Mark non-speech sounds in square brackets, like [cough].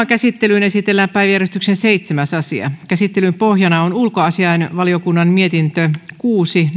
[unintelligible] käsittelyyn esitellään päiväjärjestyksen seitsemäs asia käsittelyn pohjana on ulkoasiainvaliokunnan mietintö kuusi